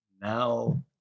now